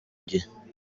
gihe